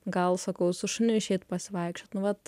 gal sakau su šuniu išeit pasivaikščiot nu vat